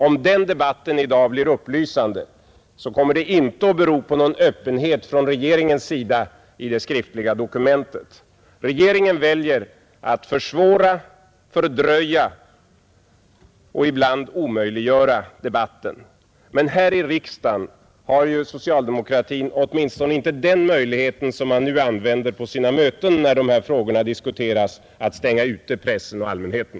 Om den debatten i dag blir upplysande så kommer det inte att bero på någon öppenhet från regeringens sida i det skriftliga dokumentet. Regeringen väljer att försvåra, fördröja och ibland omöjliggöra debatten. Men här i riksdagen har socialdemokratin åtminstone inte den möjligheten som man nu använder på sina möten när de här frågorna diskuteras — att stänga ute pressen och allmänheten.